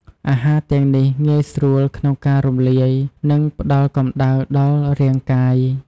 អាហារទាំងនេះងាយស្រួលក្នុងការរំលាយ និងផ្ដល់កំដៅដល់រាងកាយ។